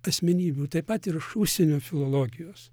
asmenybių taip pat ir iš užsienio filologijos